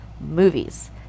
movies